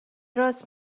راست